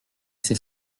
ces